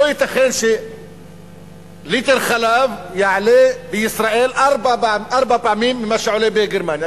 לא ייתכן שליטר חלב יעלה בישראל ארבע פעמים מה שהוא עולה בגרמניה.